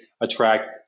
attract